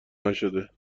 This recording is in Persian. نشده